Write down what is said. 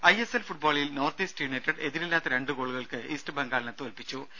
രംഭ ISL ഫുട്ബോളിൽ North East United എതിരില്ലാത്ത രണ്ടു ഗോളുകൾക്ക് ഈസ്റ്റ് ബംഗാളിനെ തോൽപ്പിച്ചു